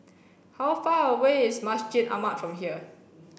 how far away is Masjid Ahmad from here